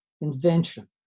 invention